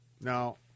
Now